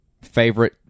favorite